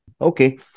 Okay